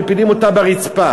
מפילים אותה לרצפה,